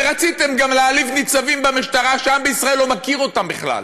ורציתם גם להעליב ניצבים במשטרה שהעם ישראל לא מכיר אותם בכלל,